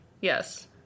Yes